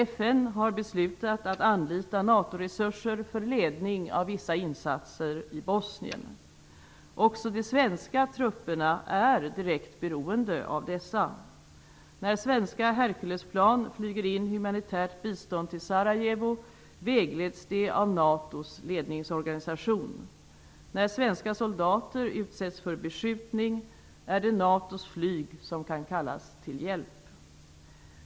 FN har beslutat att anlita NATO-resurser för ledning av vissa insatser i Bosnien. Också de svenska trupperna är direkt beroende av dessa. När svenska herculesplan flyger in humanitärt bistånd till Sarajevo vägleds de av NATO:s ledningsorganisation. När svenska soldater utsätts för beskjutning är det NATO:s flyg som kan kallas till hjälp.